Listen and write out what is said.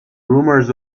rumors